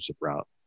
route